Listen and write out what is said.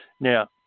Now